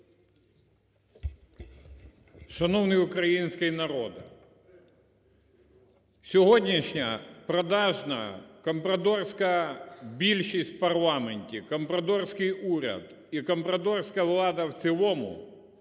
Шановний український народе, сьогоднішня продажна, компрадорська більшість в парламенті, компрадорський уряд і компрадорська влада в цілому